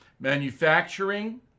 manufacturing